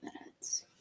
minutes